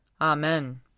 Amen